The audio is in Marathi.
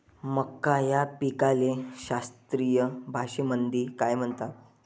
मका या पिकाले शास्त्रीय भाषेमंदी काय म्हणतात?